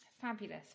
Fabulous